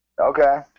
Okay